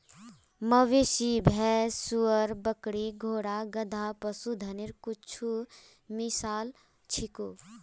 मवेशी, भेड़, सूअर, बकरी, घोड़ा, गधा, पशुधनेर कुछु मिसाल छीको